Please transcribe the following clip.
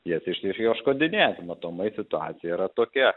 jas iš išieškodinėti matomai situacija yra tokia